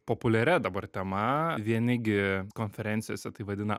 populiaria dabar tema vieni gi konferencijose tai vadina